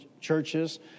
churches